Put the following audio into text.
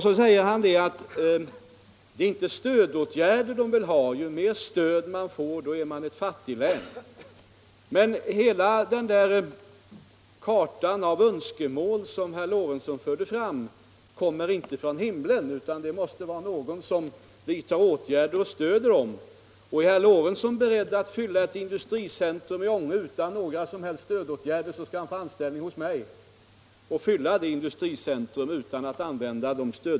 Då säger han att det är inte stödåtgärder vi vill ha. Ju mer stöd man får, desto mer berättigad är beteckningen fattiglän. Hela den där kartan av önskemål som herr Lorentzon förde fram tillgodoses inte från himlen, utan det måste vara någon som vidtar åtgärder och ger stöd. Är herr Lorentzon beredd att fylla ett industricentrum i Ånge utan några som helst stödåtgärder, så skall han få anställning hos mig och göra detta.